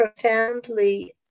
profoundly